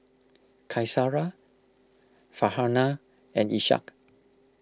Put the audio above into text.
Qaisara Farhanah and Ishak